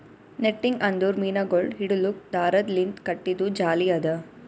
netting ಅಂದುರ್ ಮೀನಗೊಳ್ ಹಿಡಿಲುಕ್ ದಾರದ್ ಲಿಂತ್ ಕಟ್ಟಿದು ಜಾಲಿ ಅದಾ